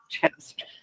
test